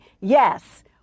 yes